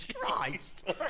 Christ